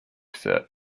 set